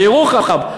בירוחם.